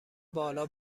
بالا